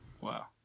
Wow